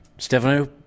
Stefano